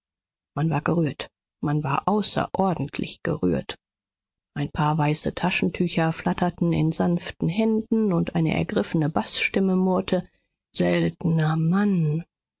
man war gerührt man war außerordentlich gerührt ein paar weiße taschentücher flatterten in sanften händen und eine ergriffene baßstimme murrte seltener mann